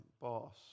boss